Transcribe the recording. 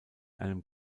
einem